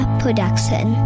production